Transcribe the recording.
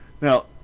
Now